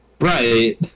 Right